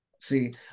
See